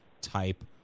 type